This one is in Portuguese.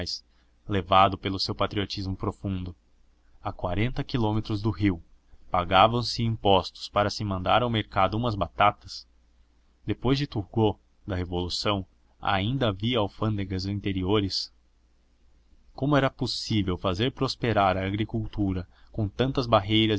levado pelo seu patriotismo profundo a quarenta quilômetros do rio pagavam se impostos para se mandar ao mercado umas batatas depois de turgot da revolução ainda havia alfândegas interiores como era possível fazer prosperar a agricultura com tantas barreiras